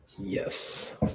Yes